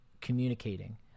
communicating